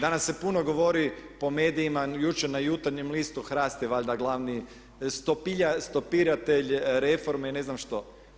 Danas se puno govori po medijima, jučer na Jutarnjem listu, HRAST je valjda glavni stopiratelj reforme i ne znam što.